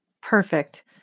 Perfect